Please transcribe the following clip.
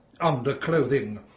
underclothing